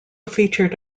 featured